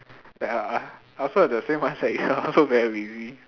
ya I also have the same mindset ya I also very lazy